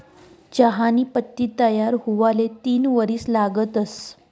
चहानी पत्ती तयार हुवाले तीन वरीस लागतंस